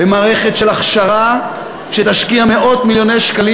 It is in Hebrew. במערכת של הכשרה שתשקיע מאות מיליוני שקלים